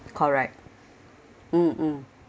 correct mm mm